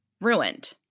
ruined